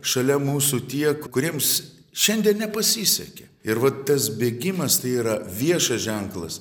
šalia mūsų tie kuriems šiandien nepasisekė ir va tas bėgimas tai yra viešas ženklas